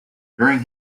during